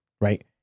Right